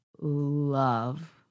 love